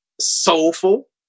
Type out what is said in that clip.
soulful